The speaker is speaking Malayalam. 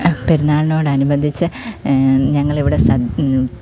പെരുന്നാളിനോട് അനുബന്ധിച്ച് ഞങ്ങൾ ഇവിടെ